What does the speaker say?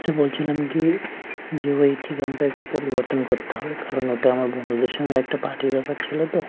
আচ্ছা বলছিলাম কী যে ওই ঠিকানাটা একটু পরিবর্তন করতে হবে কারণ ওটা আমার বন্ধুদের সঙ্গে একটা পার্টির ব্যাপার ছিলো তো